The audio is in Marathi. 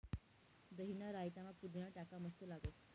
दहीना रायतामा पुदीना टाका मस्त लागस